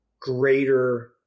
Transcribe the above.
greater